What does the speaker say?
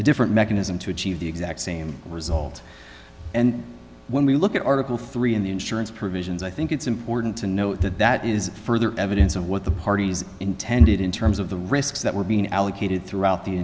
a different mechanism to achieve the exact same result and when we look at article three in the insurance provisions i think it's important to note that that is further evidence of what the parties intended in terms of the risks that were being allocated throughout the